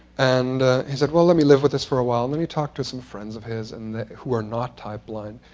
and he said, well, let me live with this for a while. and and he talked to some friends of his and who are not type blind.